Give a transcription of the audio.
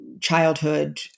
childhood